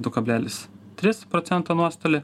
du kablelis tris procento nuostolį